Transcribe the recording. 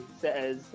says